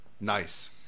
Nice